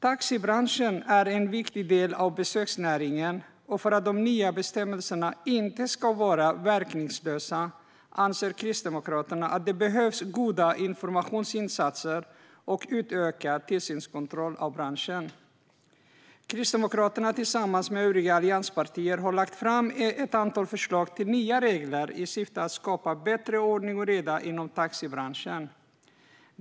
Taxibranschen är en viktig del av besöksnäringen, och för att de nya bestämmelserna inte ska vara verkningslösa anser Kristdemokraterna att det behövs goda informationsinsatser och utökad tillsynskontroll av branschen. Kristdemokraterna har tillsammans med övriga allianspartier lagt fram ett antal förslag till nya regler i syfte att skapa bättre ordning och reda inom taxibranschen.